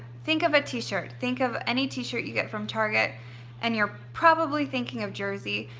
think of a t-shirt, think of any t-shirt you get from target and you're probably thinking of jersey.